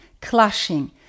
clashing